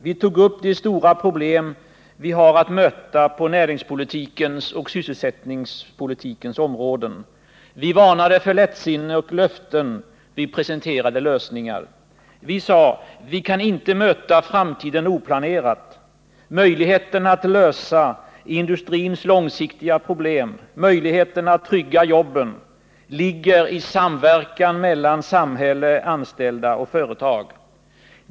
Vi tog upp de stora problem vi har att möta på näringspolitikens och sysselsättningens område, vi varnade för lättsinne och löften, vi presenterade lösningar. Vi sade: Vi kan inte möta framtiden oplanerat. Möjligheterna att lösa industrins långsiktiga problem, möjligheterna att trygga jobben, ligger i samverkan mellan samhälle, anställda och företag.